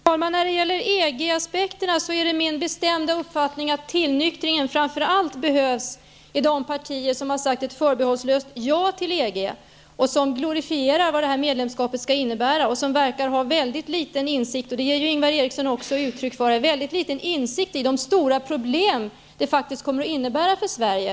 Fru talman! När det gäller EG-aspekterna är det min bestämda uppfattning att en tillnyktring framför allt behövs i de partier som sagt ett förbehållslöst ja till EG och som glorifierar vad medlemskapet skall innebära. De verkar ha en mycket liten insikt -- och det har Ingvar Eriksson också gett uttryck för -- om de stora problem detta faktiskt kommer att innebära för Sverige.